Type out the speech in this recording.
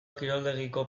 kiroldegiko